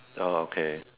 ya okay